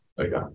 Okay